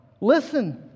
Listen